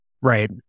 Right